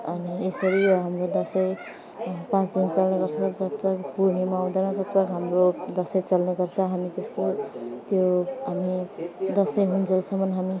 अनि यसरी हाम्रो दसैँ पाँच दिन चल्ने गर्छ जबतक पूर्णिमा आउँदैन तबतक हाम्रो दसैँ चल्ने गर्छ हामी त्यसको त्यो हामी दसैँहुन्जेलसम्म हामी